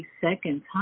seconds